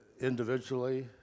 individually